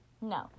No